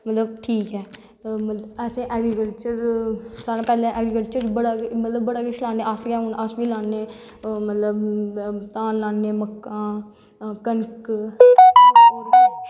ठीक ऐ मतलव असैं ऐग्रीकल्चर साढ़ै तांई ऐग्रीकल्चर अस बड़ा किश रहानें असैं गा हून अस बी लान्ने धीन लान्ने मक्कां कनक